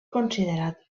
considerat